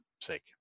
sake